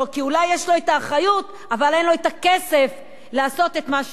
כי אולי יש לו האחריות אבל אין לו הכסף לעשות את מה שהוא רוצה.